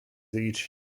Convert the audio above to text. each